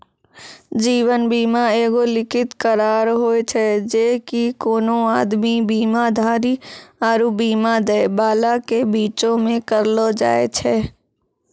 जीवन बीमा एगो लिखित करार होय छै जे कि कोनो आदमी, बीमाधारी आरु बीमा दै बाला के बीचो मे करलो जाय छै